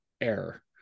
error